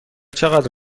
چقدر